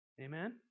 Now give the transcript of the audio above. Amen